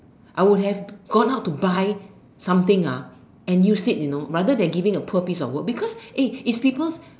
I would have gone out to buy something ah and use it you know rather than giving a poor piece of work because eh if people